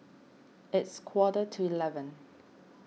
its quarter to eleven